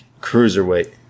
Cruiserweight